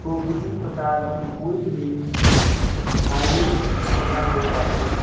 को किसी प्रकार की कोई भी हानि ना हो पाए